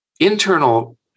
Internal